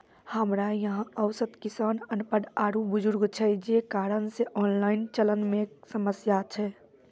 हमरा यहाँ औसत किसान अनपढ़ आरु बुजुर्ग छै जे कारण से ऑनलाइन चलन मे समस्या छै?